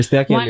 one